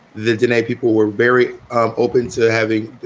the denay people were very um open to having.